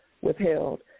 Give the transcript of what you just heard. withheld